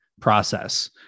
process